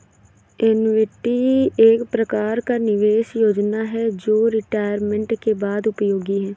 annuity एक प्रकार का निवेश योजना है जो रिटायरमेंट के बाद उपयोगी है